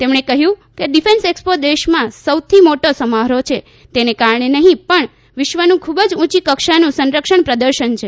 તેમણે કહ્યું કે ડીફએક્ષપો દેશમાં સૌથી મોટો સમારોહ છે તેને કારણે નહીં પણ વિશ્વનું ખૂબ જ ઉંચી કક્ષાનું સંરક્ષણ પ્રદર્શન છે